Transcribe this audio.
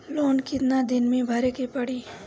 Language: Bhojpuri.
लोन कितना दिन मे भरे के पड़ी?